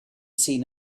seen